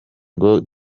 ngo